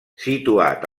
situat